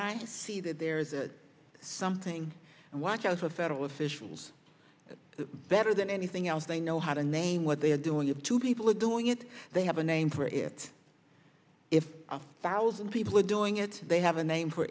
i see that there's a something and watch out for federal officials better than anything else they know how to name what they are doing up to people are doing it they have a name for it if a thousand people are doing it they have a name for